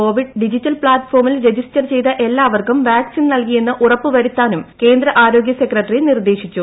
CoWIN digital പ്ലാറ്റ്ഫോമിൽ register ചെയ്ത എല്ലാവർക്കും വാക്സിൻ നൽകിയെന്ന് ഉറപ്പുവരുത്താനും കേന്ദ്ര ആരോഗ്യ സെക്രട്ടറി നിർദ്ദേശിച്ചു